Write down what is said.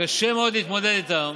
שקשה מאוד להתמודד איתן